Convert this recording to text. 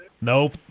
Nope